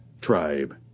tribe